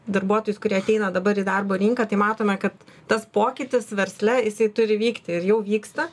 darbuotojus kurie ateina dabar į darbo rinką tai matome kad tas pokytis versle jisai turi vykti ir jau vyksta